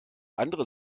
andere